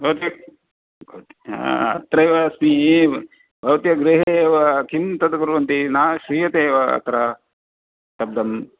भवति अत्रैव अस्ति भवत्याः गृहे एव किं तत् कुर्वन्ति न श्रूयते एव अत्र शब्दं